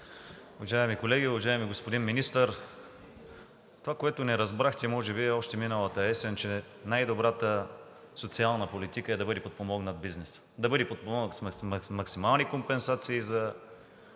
Уважаеми колеги, уважаеми господин Министър! Това, което не разбрахте може би още миналата есен, е, че най-добрата социална политика е да бъде подпомогнат бизнесът. Да бъде подпомогнат с максимални компенсации за